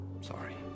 Sorry